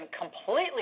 completely